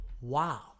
Wow